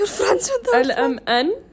L-M-N